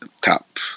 top